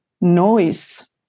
noise